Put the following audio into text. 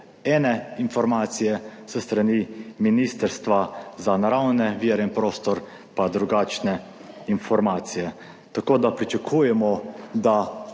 ene informacije, s strani Ministrstva za naravne vire in prostor pa drugačne informacije, tako da pričakujemo, da